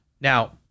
Now